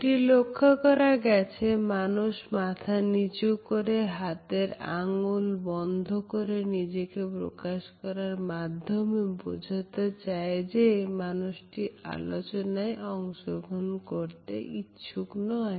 এটি লক্ষ্য করা গেছে মানুষ মাথা নিচু করে হাতের আঙ্গুল বন্ধ রেখে নিজেকে প্রকাশ করার মাধ্যমে বোঝাতে চাই যে মানুষটি আলোচনায় অংশগ্রহণ করতে ইচ্ছুক নয়